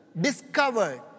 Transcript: discovered